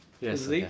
yes